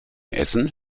essen